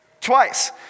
Twice